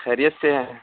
خیریت سے ہیں